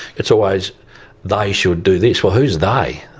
it's always, they should do this. well, who's they?